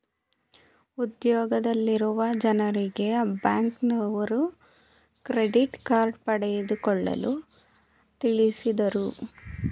ಉದ್ಯೋಗದಲ್ಲಿರುವ ಜನರಿಗೆ ಬ್ಯಾಂಕ್ನವರು ಕ್ರೆಡಿಟ್ ಕಾರ್ಡ್ ಪಡೆದುಕೊಳ್ಳಲು ತಿಳಿಸಿದರು